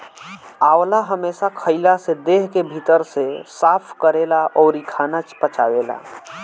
आंवला हमेशा खइला से देह के भीतर से साफ़ करेला अउरी खाना पचावेला